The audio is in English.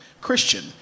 Christian